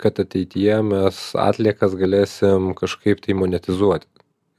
kad ateityje mes atliekas galėsim kažkaip monetizuoti